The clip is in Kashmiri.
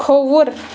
کھووُر